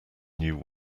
new